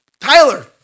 Tyler